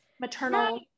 maternal